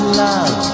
love